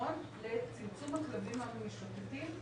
מהפתרון לצמצום הכלבים המשוטטים.